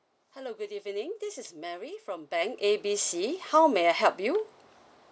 hello good evening this is mary from bank A B C how may I help you